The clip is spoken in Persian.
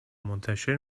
منتشر